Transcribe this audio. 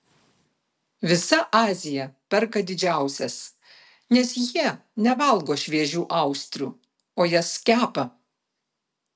visa azija perka didžiausias nes jie nevalgo šviežių austrių o jas kepa